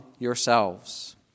yourselves